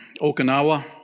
Okinawa